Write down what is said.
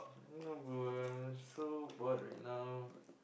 no bro I'm so bored right now